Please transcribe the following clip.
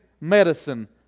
medicine